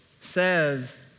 says